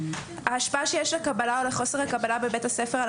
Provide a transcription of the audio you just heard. ההשפעה שיש לקבלה או לחוסר הקבלה בבית הספר על